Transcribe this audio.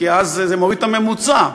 כי זה מוריד את הממוצע.